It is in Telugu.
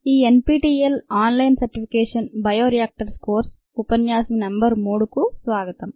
ఈ NPTEL online certification bioreactors course ఉపన్యాసం నెంబరు 3 కు స్వాగతం